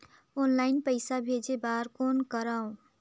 Online पईसा भेजे बर कौन करव?